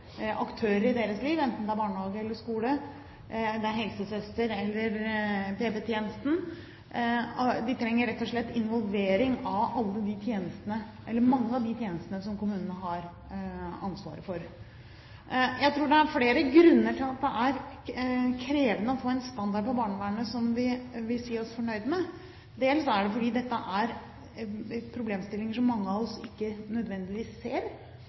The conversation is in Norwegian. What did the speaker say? aktører i sitt liv, enten det er barnehage eller skole, helsesøster eller PP-tjeneste. De trenger rett og slett involvering av mange i de tjenestene som kommunene har ansvaret for. Jeg tror det er flere grunner til at det er krevende å få en standard på barnevernet som vi vil si oss fornøyd med, dels fordi dette er problemstillinger som mange av oss ikke nødvendigvis ser,